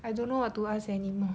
I don't know what to ask anymore